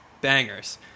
Bangers